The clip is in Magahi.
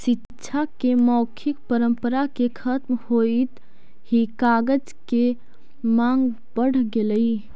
शिक्षा के मौखिक परम्परा के खत्म होइत ही कागज के माँग बढ़ गेलइ